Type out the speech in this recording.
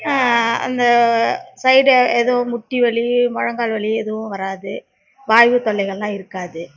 அந்த சைடு ஏதும் முட்டிவலி முழங்கால் வலி எதுவும் வராது வாய்வு தொல்லைகள்லாம் இருக்காது